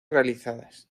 realizadas